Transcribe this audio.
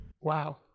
Wow